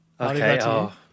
Okay